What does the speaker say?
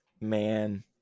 Man